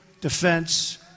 defense